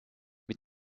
mit